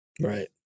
Right